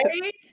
Right